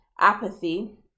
apathy